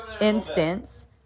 instance